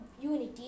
unity